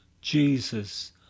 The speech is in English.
Jesus